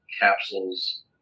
capsules